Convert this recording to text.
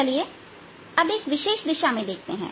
चलिए अब एक विशेष दिशा में देखते हैं